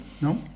No